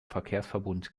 verkehrsverbund